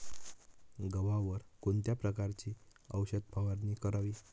गव्हावर कोणत्या प्रकारची औषध फवारणी करावी?